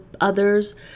others